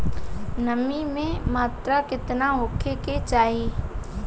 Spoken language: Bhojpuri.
नमी के मात्रा केतना होखे के चाही?